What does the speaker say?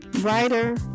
writer